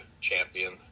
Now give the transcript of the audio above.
champion